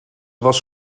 was